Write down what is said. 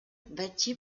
bâti